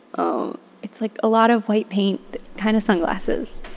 um it's like a lot of white paint kind of sunglasses.